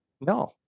No